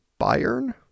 Bayern